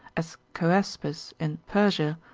as choaspis in persia,